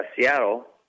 Seattle